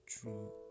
true